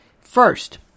First